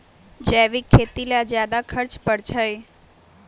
जैविक खेती ला ज्यादा खर्च पड़छई?